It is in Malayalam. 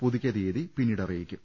പുതുക്കിയ തിയ്യതി പിന്നീട് അറിയിക്കും